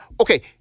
okay